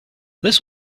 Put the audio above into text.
this